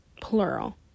plural